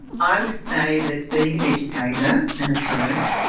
i would say that being an educator, and a parent,